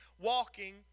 walking